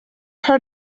her